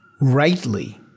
rightly